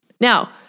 Now